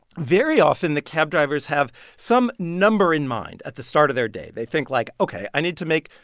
very often, the cab drivers have some number in mind at the start of their day. they think, like ok, i need to make,